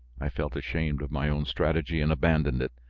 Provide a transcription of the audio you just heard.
i felt ashamed of my own strategy and abandoned it.